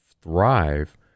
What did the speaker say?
thrive